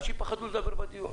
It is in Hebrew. אנשים פחדו לדבר בדיון.